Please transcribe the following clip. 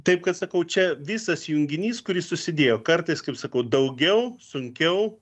taip kad sakau čia visas junginys kuris susidėjo kartais kaip sakau daugiau sunkiau